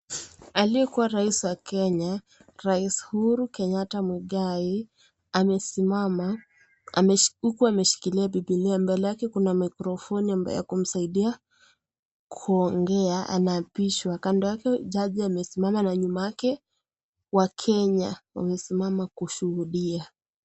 Aliyekuwa rais wa Kenya ; Rais Uhuru Kenyatta Muigai , amesimama huku ameshikilia bibilia. Mbele yake kuna maikrofoni ambayo inamsaidia kuongea , anapishwa . Kando yake jaji amesimama , na nyuma yake wakenya wamesimama kushuhudia .